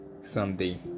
someday